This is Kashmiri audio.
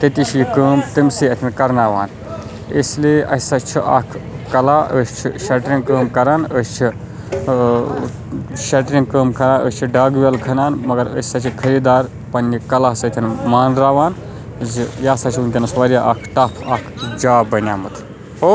تٔتی چھِ یہِ کٲم تٔمۍسٕے اَتھِ منٛز کَرناوان اسلیے اَسہِ ہا چھُ اَکھ کلا أسۍ چھِ شٹرِنٛگ کٲم کَران أسۍ چھِ شَٹرِنٛگ کٲم کَران أسۍ چھِ ڈَگ وٮ۪ل کھَنان مگر أسۍ ہَسا چھِ خریٖدار پنٛنہِ کلاہس سۭتۍ مانراوان زِ یہِ ہسا چھِ وٕنۍکٮ۪نَس واریاہ اَکھ ٹَف اَکھ جاب بنیومُت او